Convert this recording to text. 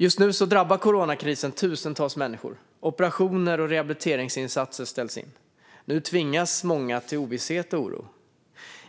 Just nu drabbar coronakrisen tusentals människor. Operationer och rehabiliteringsinsatser ställs in. Nu tvingas många till ovisshet och oro.